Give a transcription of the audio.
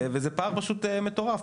וזה פער פשוט מטורף.